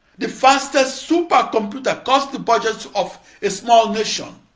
the fastest supercomputer costs the budget of a small nation.